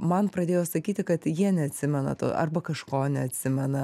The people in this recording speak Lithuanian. man pradėjo sakyti kad jie neatsimena to arba kažko neatsimena